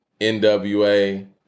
NWA